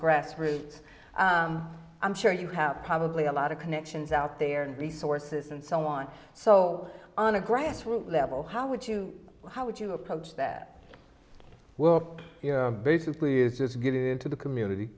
grassroots i'm sure you have probably a lot of connections out there and resources and so on so on a grassroots level how would you how would you oppose that well you know basically it's just getting into the community